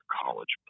college